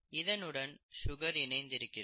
இதனுடன் சுகர் இணைந்திருக்கிறது